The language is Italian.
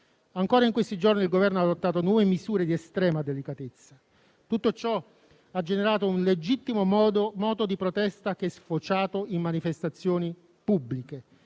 Ancora in questi giorni, il Governo ha adottato nuove misure di estrema delicatezza. Tutto ciò ha generato un legittimo moto di protesta che è sfociato in manifestazioni pubbliche.